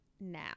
now